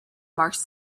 marks